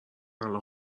الان